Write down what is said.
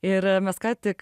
ir mes ką tik